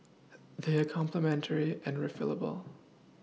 they are complementary and refillable